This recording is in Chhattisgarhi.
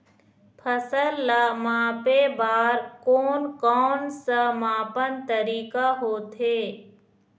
फसल ला मापे बार कोन कौन सा मापन तरीका होथे?